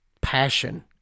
Passion